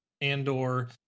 and/or